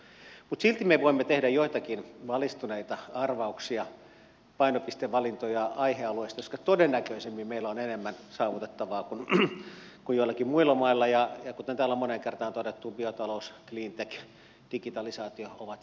mutta silti me voimme tehdä joitakin valistuneita arvauksia painopistevalintoja aihealueista koska todennäköisesti meillä on enemmän saavutettavaa kuin joillakin muilla mailla ja kuten täällä on moneen kertaan todettu biotalous cleantech digitalisaatio ovat sellaisia aloja